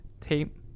tape